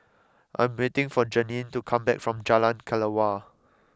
I'm waiting for Jeanine to come back from Jalan Kelawar